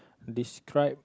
describe